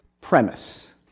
premise